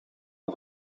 een